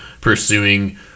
pursuing